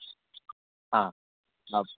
ആ